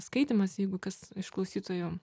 skaitymas jeigu kas iš klausytojų